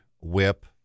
WHIP